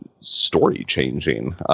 story-changing